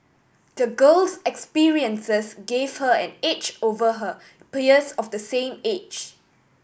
the girl's experiences gave her an edge over her peers of the same age